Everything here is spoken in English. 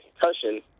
concussion